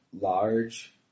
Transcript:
large